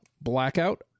Blackout